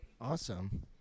awesome